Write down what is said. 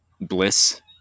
bliss